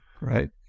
right